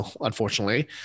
unfortunately